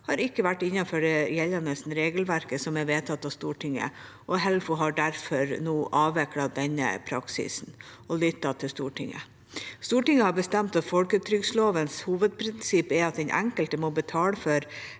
har ikke vært innenfor det gjeldende regelverket som er vedtatt av Stortinget, og Helfo har derfor nå avviklet denne praksisen og lyttet til Stortinget. Stortinget har bestemt at folketrygdlovens hovedprinsipp er at den enkelte må betale for